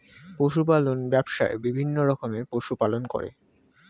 পশু পালন ব্যবসায়ে বিভিন্ন রকমের পশু পালন করে